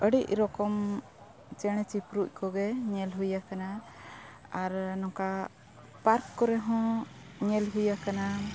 ᱟᱹᱰᱤ ᱨᱚᱠᱚᱢ ᱪᱮᱬᱮ ᱪᱤᱯᱨᱩᱫ ᱠᱚᱜᱮ ᱧᱮᱞ ᱦᱩᱭ ᱟᱠᱟᱱᱟ ᱟᱨ ᱱᱚᱝᱠᱟ ᱯᱟᱨᱠ ᱠᱚᱨᱮᱦᱚᱸ ᱧᱮᱞ ᱦᱩᱭ ᱟᱠᱟᱱᱟ